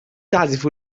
تعزف